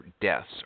deaths